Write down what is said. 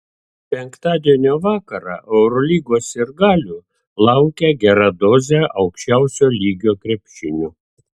penktadienio vakarą eurolygos sirgalių laukia gera dozė aukščiausio lygio krepšinio